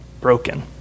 broken